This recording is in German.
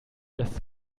das